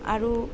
আৰু